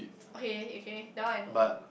okay okay that one I know